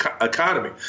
economy